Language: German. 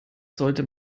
sollte